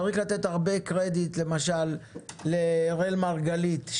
צריך לתת הרבה קרדיט למשל לאראל מרגלית,